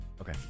Okay